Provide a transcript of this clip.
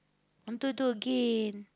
want do do again